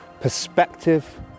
perspective